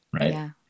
right